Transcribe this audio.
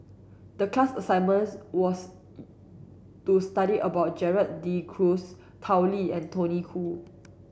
the class assignment was to study about Gerald De Cruz Tao Li and Tony Khoo